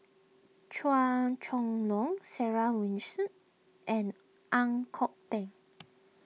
Chua Chong Long Sarah and Ang Kok Peng